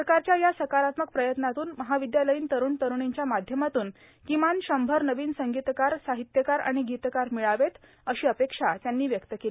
सरकारच्या या सकारात्मक प्रयत्नातून महाविद्यालयीन तरुण तरूणीच्या माध्यमातून किमान शंभर नवीन संगीतकार साहित्यकार आणि गीतकार मिळावे अशी अपेक्षा त्यांनी व्यक्त केली